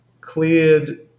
cleared